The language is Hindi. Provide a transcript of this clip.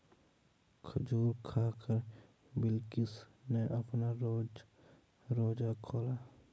खजूर खाकर बिलकिश ने अपना रोजा खोला